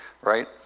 right